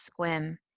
Squim